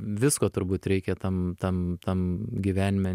visko turbūt reikia tam tam tam gyvenime